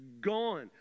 gone